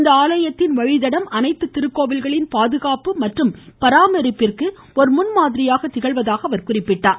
இந்த ஆலயத்தின் வழித்தடம் அனைத்து திருக்கோவில்களின் பாதுகாப்பு மற்றும் பராமரிப்பிற்கு ஒரு முன்மாதிரியாக திகழும் என்றார்